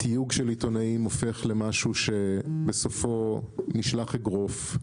תיוג של עיתונאים הופך למשהו שבסופו נשלח אגרוף,